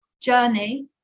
journey